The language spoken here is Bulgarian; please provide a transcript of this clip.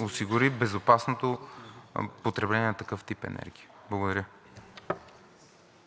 осигури безопасното потребление на такъв тип енергия. Благодаря.